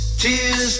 tears